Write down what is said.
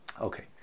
Okay